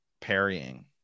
parrying